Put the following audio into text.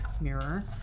mirror